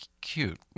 cute